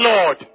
Lord